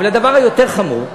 אבל הדבר היותר חמור,